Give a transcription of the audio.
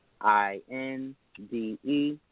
I-N-D-E